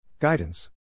Guidance